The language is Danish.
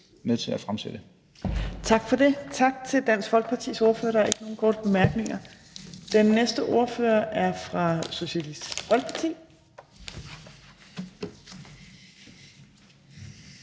Fjerde næstformand (Trine Torp): Tak til Dansk Folkepartis ordfører. Der er ikke nogen korte bemærkninger. Den næste ordfører er fra Socialistisk Folkeparti,